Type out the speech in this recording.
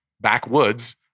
backwoods